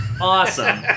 awesome